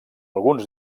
alguns